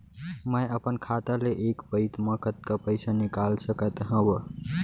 मैं अपन खाता ले एक पइत मा कतका पइसा निकाल सकत हव?